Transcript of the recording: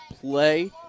play